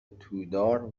تودار